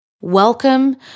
Welcome